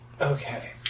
Okay